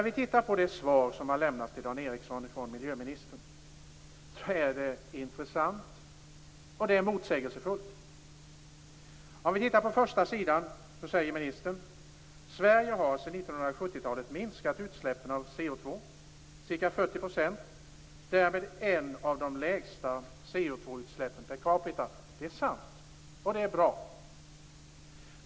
Det svar som miljöministern har lämnat till Dan Ericsson är intressant och motsägelsefullt. På första sidan säger ministern: "Sverige har sedan 1970 minskat utsläppen av CO2 med ca 40 % och har därmed ett av de lägsta CO2-utsläppen per capita -." Det är sant, och det är bra.